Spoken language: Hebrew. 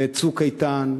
ב"צוק איתן",